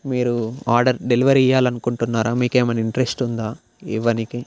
మీరు order delivery ఇవ్వాలనుకుంటున్నారా మీకేమైనా ఇంట్రెస్ట్ ఉందా ఇవ్వనీకి